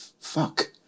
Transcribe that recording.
fuck